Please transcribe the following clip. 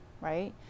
right